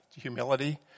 humility